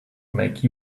make